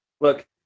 Look